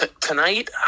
tonight